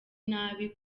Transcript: nabi